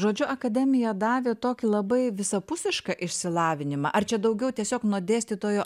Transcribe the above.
žodžiu akademija davė tokį labai visapusišką išsilavinimą ar čia daugiau tiesiog nuo dėstytojo